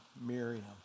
Miriam